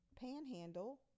panhandle